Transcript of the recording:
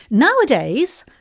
nowadays,